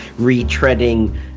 retreading